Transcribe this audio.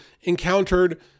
encountered